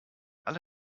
alle